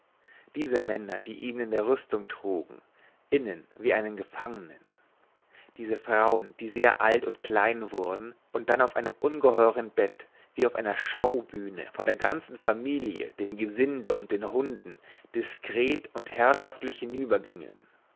diese männer die ihn in der rüstung trugen innen wie einen gefangenen diese frauen die sehr alt und klein wurden und dann auf einem ungeheueren bett wie auf einer schaubühne vor der ganzen familie dem gesinde und den hunden diskret und herrschaftlich